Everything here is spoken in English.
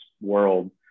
world